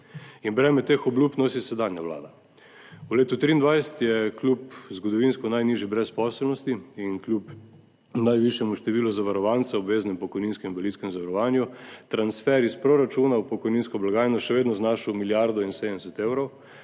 Breme teh obljub nosi sedanja vlada. V letu 2023 je kljub zgodovinsko najnižji brezposelnosti in kljub najvišjemu številu zavarovancev v obveznem pokojninskem in invalidskem zavarovanju transfer iz proračuna v pokojninsko blagajno še vedno znašal milijardo in 70 evrov.